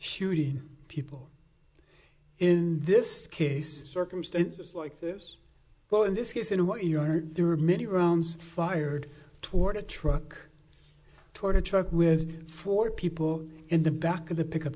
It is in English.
shooting people in this case circumstances like this well in this case in what you heard there were many rounds fired toward a truck toward a truck with four people in the back of the pickup